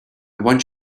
want